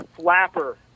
flapper